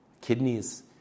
kidneys